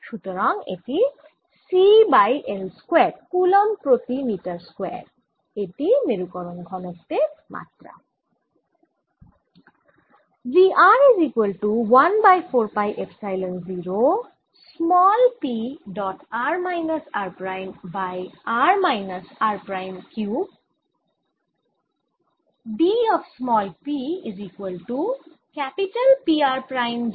সুতরাং এটি C by L square coulomb প্রতি মিটার স্কয়ার এটিই মেরুকরন ঘনত্ব